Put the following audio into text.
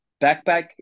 backpack